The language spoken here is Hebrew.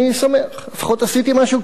לפחות עשיתי משהו כרופא היום.